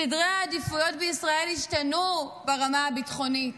סדרי העדיפויות בישראל השתנו ברמה הביטחונית.